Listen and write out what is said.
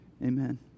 Amen